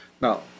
now